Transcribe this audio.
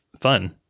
fun